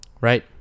right